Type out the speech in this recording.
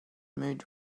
mood